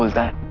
that